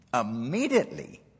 immediately